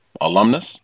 alumnus